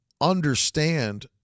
understand